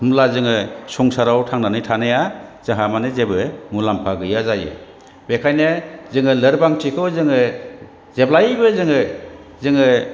होनब्ला जोङो संसाराव थांनानै थानाया जाहा माने जेबो मुलाम्फा गैया जायो बेनिखायनो जोङो लोरबांथिखौ जोङो जेब्लायबो जोङो